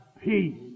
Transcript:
peace